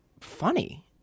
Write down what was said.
funny